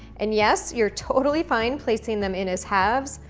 and yes, you're totally fine placing them in as halves.